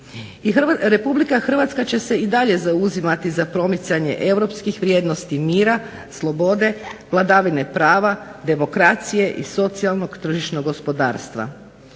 Republika Hrvatska će se dalje zauzimati za promicanje Europskih vrijednosti i mira, slobode, vladavine prava, demokracije i socijalnog tržišnog gospodarstva.